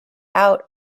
out